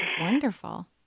Wonderful